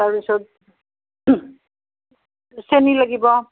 তাৰপিছত চেনি লাগিব